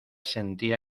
sentía